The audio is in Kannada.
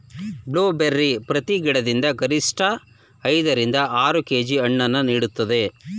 ಬ್ಲೂಬೆರ್ರಿ ಪ್ರತಿ ಗಿಡದಿಂದ ಗರಿಷ್ಠ ಐದ ರಿಂದ ಆರು ಕೆ.ಜಿ ಹಣ್ಣನ್ನು ನೀಡುತ್ತದೆ